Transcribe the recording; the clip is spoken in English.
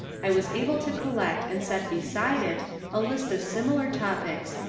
i was able to collect and set beside it a list of similar topics,